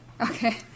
Okay